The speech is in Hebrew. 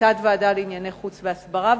לתת-ועדה לענייני חוץ והסברה,